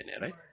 right